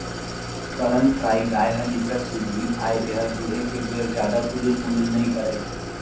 करन फ्राइ गाय ह निच्चट सिधवी अय एहर दुहे के बेर जादा तुलुल मुलुल नइ करय